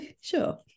Sure